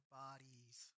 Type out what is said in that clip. bodies